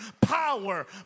power